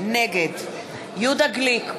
נגד יהודה גליק,